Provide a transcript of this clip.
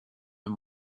and